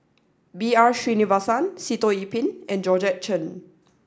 B R Sreenivasan Sitoh Yih Pin and Georgette Chen